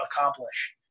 accomplish